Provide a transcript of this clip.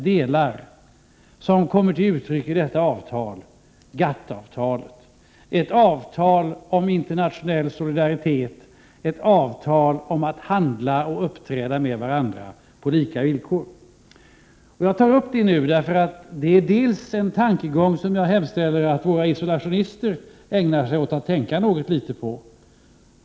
Det är alltså vad som kommer till uttryck i GATT-avtalet — ett avtal om internationell solidaritet, ett avtal om de olika ländernas handel med och uppträde mot varandra på lika villkor. Jag nämner detta nu, eftersom det är något som jag hemställer att våra isolationister tänker litet grand på.